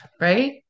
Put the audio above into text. right